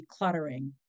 decluttering